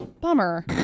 bummer